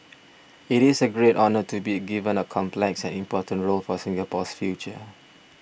it's a great honour to be given a complex and important role for Singapore's future